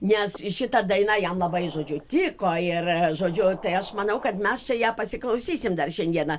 nes šita daina jam labai žodžiu tiko ir žodžiu tai aš manau kad mes čia ją pasiklausysim dar šiandieną